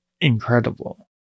incredible